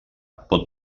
pot